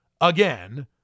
again